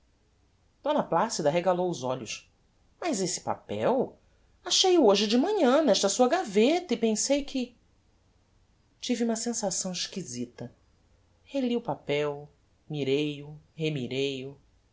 papel d placida arregalou os olhos mas esse papel achei-o hoje de manhã nesta sua gaveta e pensei que tive uma sensação exquisita reli o papel mirei o